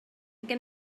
gen